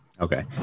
Okay